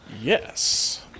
Yes